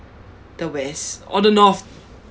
the west or the north